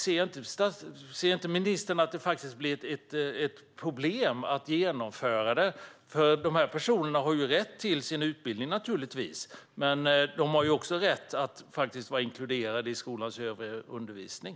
De här personerna har naturligtvis rätt till sin utbildning, men de har också rätt att vara inkluderade i skolans övriga undervisning.